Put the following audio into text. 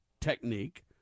technique